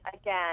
Again